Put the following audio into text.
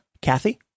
Kathy